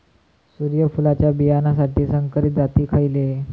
सूर्यफुलाच्या बियानासाठी संकरित जाती खयले?